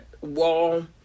wall